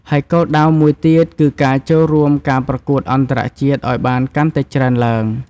ហើយគោលដៅមួយទៀតគឺការចូលរួមការប្រកួតអន្តរជាតិឲ្យបានកាន់តែច្រើនឡើង។